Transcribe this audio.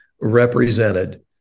represented